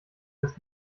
des